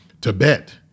Tibet